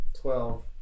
Twelve